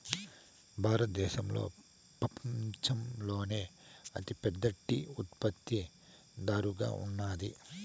భారతదేశం పపంచంలోనే అతి పెద్ద టీ ఉత్పత్తి దారుగా ఉన్నాది